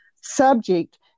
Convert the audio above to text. subject